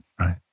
right